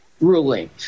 ruling